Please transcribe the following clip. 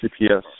CPS